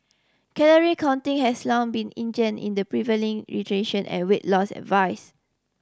calorie counting has long been ingrain in the prevailing rejection and weight loss advice